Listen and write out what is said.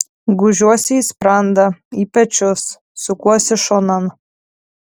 gūžiuosi į sprandą į pečius sukuosi šonan